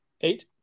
eight